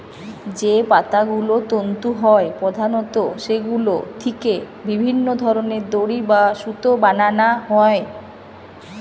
যে পাতাগুলো তন্তু হয় প্রধানত সেগুলো থিকে বিভিন্ন ধরনের দড়ি বা সুতো বানানা হয়